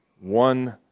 one